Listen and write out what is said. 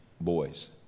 boys